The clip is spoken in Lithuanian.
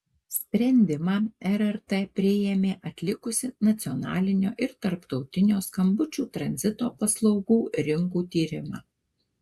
sprendimą rrt priėmė atlikusi nacionalinio ir tarptautinio skambučių tranzito paslaugų rinkų tyrimą